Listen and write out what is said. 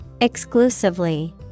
exclusively